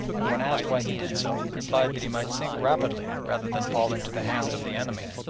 and when asked why he did so replied that he might sink rapidly rather than fall into the hands of the enemy.